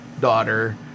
daughter